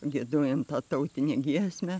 giedojom tautinę giesmę